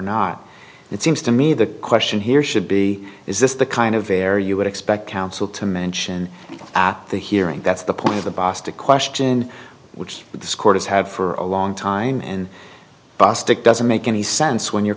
not it seems to me the question here should be is this the kind of a air you would expect counsel to mention at the hearing that's the point of the boss to question which the scores have for a long time and bostic doesn't make any sense when you're